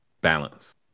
Balance